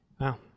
wow